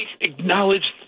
acknowledged